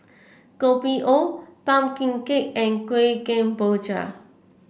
Kopi O pumpkin cake and Kueh Kemboja